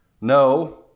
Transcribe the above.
No